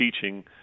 teaching